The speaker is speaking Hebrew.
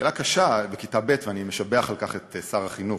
שאלה קשה בכיתה ב', ואני משבח על כך את שר החינוך.